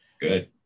Good